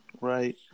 right